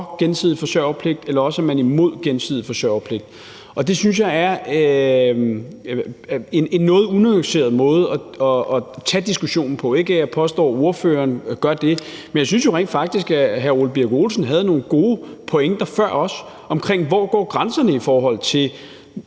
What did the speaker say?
gensidig forsørgerpligt, eller også er man imod gensidig forsørgerpligt. Det synes jeg er en noget unuanceret måde at tage diskussionen på, ikke at jeg påstår, at ordføreren gør det, men jeg synes jo rent faktisk, at hr. Ole Birk Olesen havde nogle gode pointer før om, hvor grænserne går, i forhold til